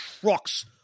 trucks